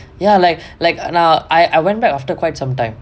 ya like like now I I went back after quite some time